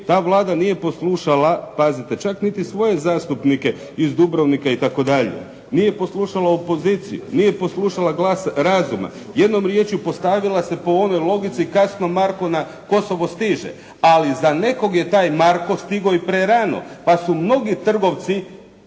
Ta Vlada nije poslušala, pazite, čak niti svoje zastupnike iz Dubrovnika itd., nije poslušala opoziciju, nije poslušala glas razuma, jednom riječju postavila se po onoj logici, „kasno Marko na Kosovo stiže“. Ali za nekoga je taj „Marko“ stigao i prerano, pa su mnogi trgovci,